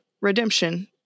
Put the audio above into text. redemption